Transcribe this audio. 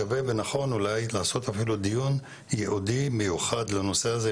שווה ונכון אולי לעשות אפילו דיון ייעודי מיוחד לנושא הזה,